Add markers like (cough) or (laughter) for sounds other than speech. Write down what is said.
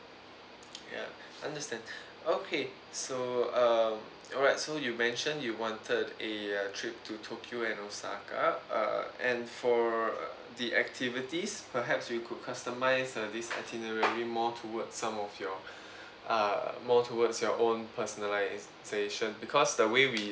(noise) ya understand (breath) okay so um alright so you mentioned you wanted a trip to tokyo and osaka uh and for uh the activities perhaps we could customise uh this itinerary more towards some of your (breath) uh more towards your own personalisation because the way we